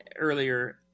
earlier